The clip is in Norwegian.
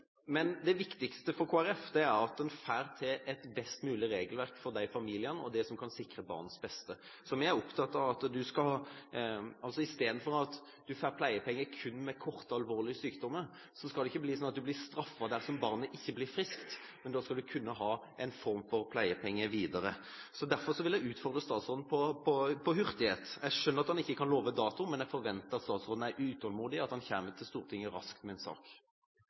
Men det viktigste for Kristelig Folkeparti er at en får til et best mulig regelverk for disse familiene når det gjelder det som kan sikre barnas beste. Vi er opptatt av at istedenfor at en får pleiepenger kun ved kortvarige, alvorlige sykdommer, skal det ikke være slik at en blir straffet dersom barnet ikke blir friskt, men en skal kunne ha en form for pleiepenger videre. Derfor vil jeg utfordre statsråden på hurtighet. Jeg skjønner at han ikke kan love en dato, men jeg forventer at statsråden er utålmodig, og at han kommer raskt til Stortinget med en sak.